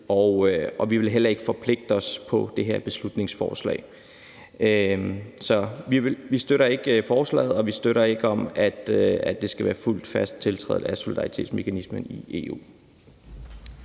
og vi vil heller ikke forpligte os på det her beslutningsforslag. Så vi støtter ikke forslaget, og vi støtter ikke op om en fuld tiltrædelse af solidaritetsmekanismen i EU.